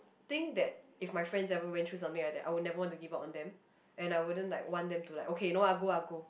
think that if my friends ever went through something like that I would never want to give up on them and I wouldn't like want them to like okay no lah go lah go